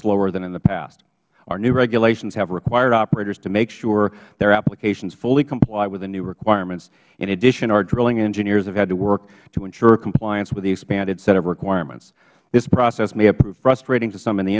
slower than in the past our new regulations have required operators to make sure their applications fully comply with the new requirements in addition our drilling engineers have had to work to ensure compliance with the expanded set of requirements this process may have proved frustrating to some in the